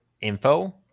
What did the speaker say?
info